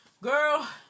Girl